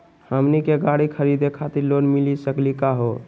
हमनी के गाड़ी खरीदै खातिर लोन मिली सकली का हो?